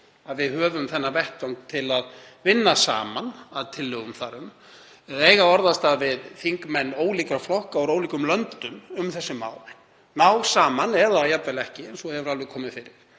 að við höfum þennan vettvang til að vinna saman að tillögum þar um eða eiga orðastað við þingmenn ólíkra flokka frá ólíkum löndum um þessi mál, ná saman eða jafnvel ekki, eins og hefur komið fyrir,